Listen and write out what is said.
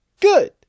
Good